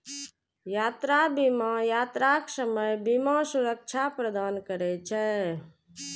यात्रा बीमा यात्राक समय बीमा सुरक्षा प्रदान करै छै